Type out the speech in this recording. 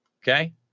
Okay